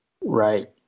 Right